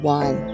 one